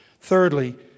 Thirdly